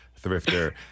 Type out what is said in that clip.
thrifter